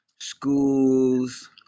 Schools